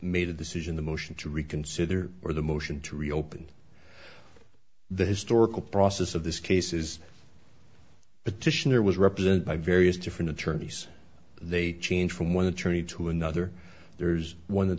made a decision the motion to reconsider or the motion to reopen the historical process of this case is petitioner was represented by various different attorneys they changed from one attorney to another there's one